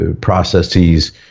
processes